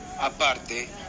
aparte